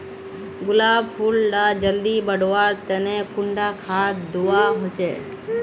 गुलाब फुल डा जल्दी बढ़वा तने कुंडा खाद दूवा होछै?